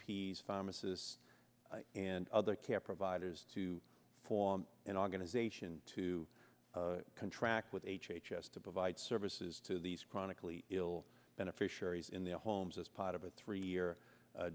p s pharmacists and other care providers to form an organization to contract with h h s to provide services to these chronically ill beneficiaries in their homes as part of a three year